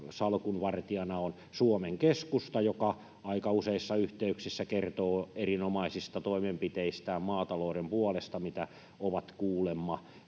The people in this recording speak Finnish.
salkunvartijana on Suomen Keskusta, joka aika useissa yhteyksissä kertoo erinomaisista toimenpiteistään maatalouden puolesta, joita ovat kuulemma